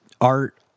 art